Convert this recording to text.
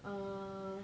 uh